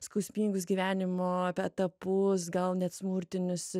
skausmingus gyvenimo apie etapus gal net smurtinius